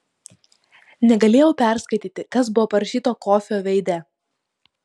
negalėjau perskaityti kas buvo parašyta kofio veide